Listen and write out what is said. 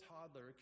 toddler